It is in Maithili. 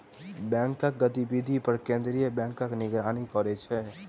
बैंकक गतिविधि पर केंद्रीय बैंक निगरानी करै छै